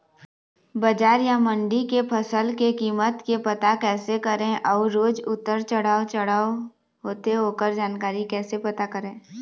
बजार या मंडी के फसल के कीमत के पता कैसे करें अऊ रोज उतर चढ़व चढ़व होथे ओकर जानकारी कैसे पता करें?